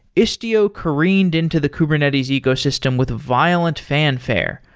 istio careened into the kubernetes ecosystem with violent fanfare,